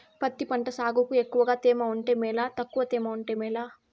పత్తి పంట సాగుకు ఎక్కువగా తేమ ఉంటే మేలా తక్కువ తేమ ఉంటే మేలా?